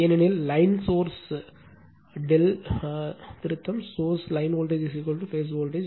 ஏனெனில் line source ∆ திருத்தம் source line voltage phase voltage